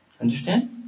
Understand